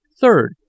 third